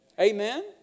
Amen